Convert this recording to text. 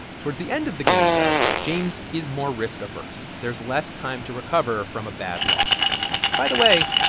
toward the end of the game, though, james is more risk-averse. there's less time to recover from a bad loss by the way,